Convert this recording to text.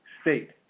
state